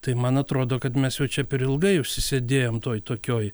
tai man atrodo kad mes jau čia per ilgai užsisėdėjom toj tokioj